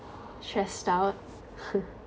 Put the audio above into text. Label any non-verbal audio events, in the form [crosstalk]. stressed out [laughs]